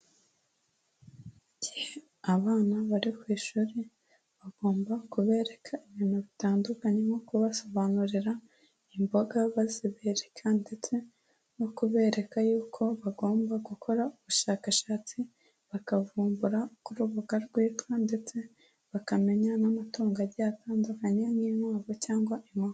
Igihe abana bari ku ishuri, bagomba kubereka ibintu bitandukanye. Nko kubasobanurira imboga bazibereka, ndetse no kubereka yuko bagomba gukora ubushakashatsi bakavumbura ku rubuga rwe, kandi ndetse bakamenya n'amatungo agiye atandukanye nk'inkwavu cyangwa inkoko.